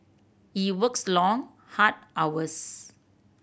he works long hard hours